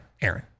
Aaron